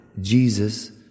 Jesus